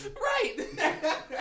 Right